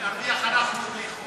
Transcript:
נרוויח אנחנו, בלי חוק.